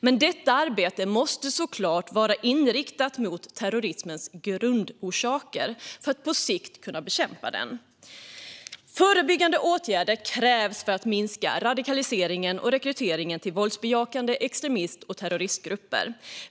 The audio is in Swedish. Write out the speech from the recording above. Men detta arbete måste såklart vara inriktat mot terrorismens grundorsaker för att på sikt kunna bekämpa den. Förebyggande åtgärder krävs för att minska radikaliseringen och rekryteringen till våldsbejakande extremist och terroristgrupper.